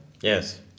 Yes